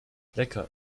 lecker